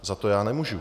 Za to já nemůžu.